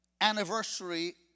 anniversary